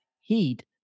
heat